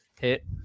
hit